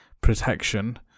protection